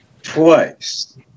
twice